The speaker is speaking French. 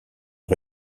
les